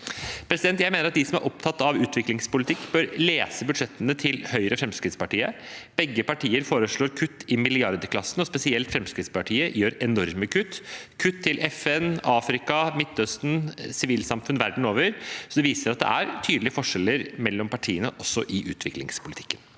16–19 2023 Jeg mener at de som er opptatt av utviklingspolitikk, bør lese budsjettene til Høyre og Fremskrittspartiet. Begge partier foreslår kutt i milliardklassen, og spesielt Fremskrittspartiet gjør enorme kutt – kutt til FN, Afrika, Midtøsten, sivilsamfunn verden over – så det viser at det er tydelige forskjeller mellom partiene, også i utviklingspolitikken.